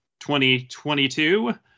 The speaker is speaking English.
2022